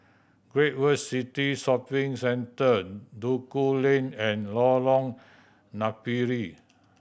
Great World City Shopping Centre Duku Lane and Lorong Napiri